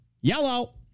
Yellow